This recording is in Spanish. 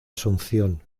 asunción